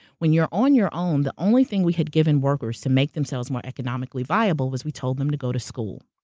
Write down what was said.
when you're on your own, the only thing we had given workers to make themselves more economically viable was, we told them to go to school.